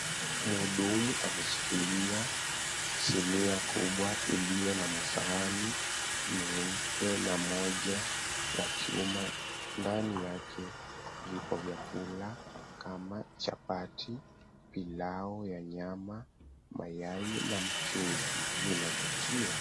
Mhudumu ameshikilia sinia kubwa iliyo na masahani meupe na moja la chuma. Ndani yake, vipo vyakula kama chapati, pilau ya nyama, mayai na mchuzi. Vinavutia.